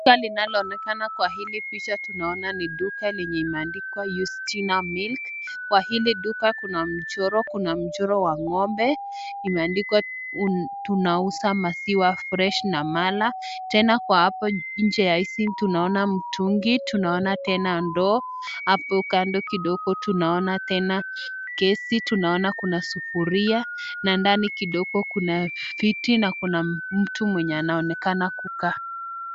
Duka linaloonekana kwa hili picha tunaona ni duka lenye imeandikwa "Yustina Milk". Kwa hili duka kuna mchoro kuna mchoro wa ng'ombe. Imeandikwa tunauza maziwa fresh na mala. Tena kwa hapo nje ya hizi tunaona mtungi, tunaona tena ndoo. Hapo kando kidogo tunaona tena kesi, tunaona kuna sufuria na ndani kidogo kuna viti na kuna mtu mwenye anaonekana kukaa.